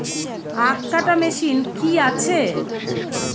আখ কাটা মেশিন কি আছে?